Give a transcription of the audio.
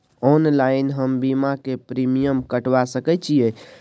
Online हम बीमा के प्रीमियम कटवा सके छिए?